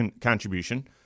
contribution